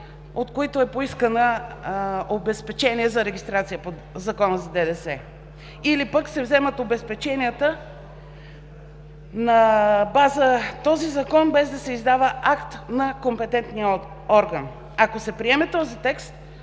от които е поискано обезпечение за регистрация по Закона за ДДС, или пък се взимат обезпеченията на база този Закон, без да се издава акт на компетентния орган. Ако се приеме този текст,